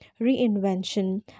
Reinvention